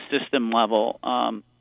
system-level